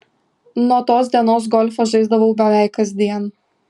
nuo tos dienos golfą žaisdavau beveik kasdien